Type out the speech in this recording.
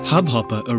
Hubhopper